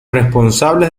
responsables